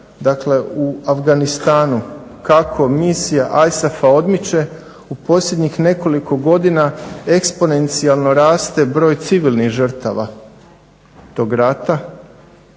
Dakle, u Afganistanu kako misija ISAF-a odmiče u posljednjih nekoliko godina eksponencijalno raste broj civilnih žrtava tog rata,